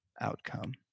outcome